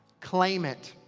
claim it.